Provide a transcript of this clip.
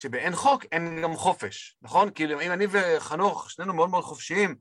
שבאין חוק אין גם חופש. נכון? כאילו, אם אני וחנוך, שנינו מאוד מאוד חופשיים.